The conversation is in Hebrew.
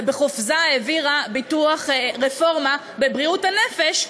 ובחופזה העבירה רפורמה בבריאות הנפש,